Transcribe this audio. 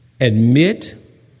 admit